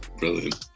brilliant